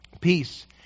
Peace